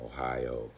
Ohio